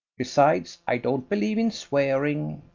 besides i don't believe in swearing.